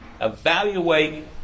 evaluate